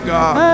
God